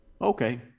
Okay